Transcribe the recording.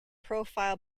profile